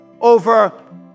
over